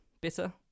bitter